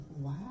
Wow